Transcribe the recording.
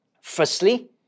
Firstly